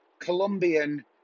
Colombian